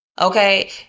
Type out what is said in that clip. Okay